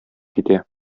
китә